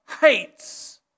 hates